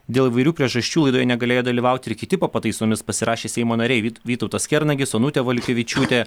dėl įvairių priežasčių laidoje negalėjo dalyvauti ir kiti po pataisomis pasirašę seimo nariai vyt vytautas kernagis onutė valiukevičiūtė